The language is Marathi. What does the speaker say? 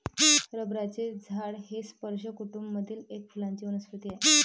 रबराचे झाड हे स्पर्ज कुटूंब मधील एक फुलांची वनस्पती आहे